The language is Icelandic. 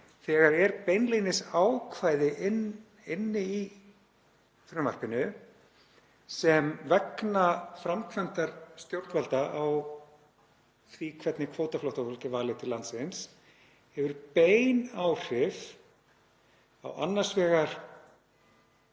þegar beinlínis er ákvæði inni í frumvarpinu sem, vegna framkvæmdar stjórnvalda á því hvernig kvótaflóttafólk er valið til landsins, hefur bein áhrif á annars vegar